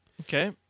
Okay